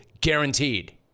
guaranteed